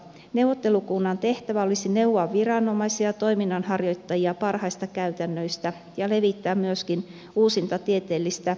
neuvottelukunnan tehtävä olisi neuvoa viranomaisia ja toiminnanharjoittajia parhaista käytännöistä ja levittää myöskin uusinta tieteellistä tietoa